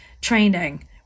training